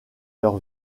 leur